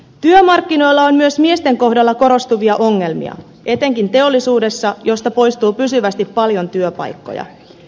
työmarkkinoilla on myös miesten kohdalla korostuvia ongelmia etenkin teollisuudessa josta poistuu pysyvästi paljon työpaikkoja